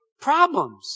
problems